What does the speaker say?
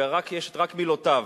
ויש רק מילותיו,